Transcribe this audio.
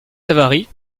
savary